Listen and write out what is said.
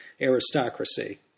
aristocracy